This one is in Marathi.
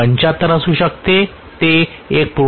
75 असू शकते ते 1